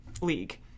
league